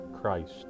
Christ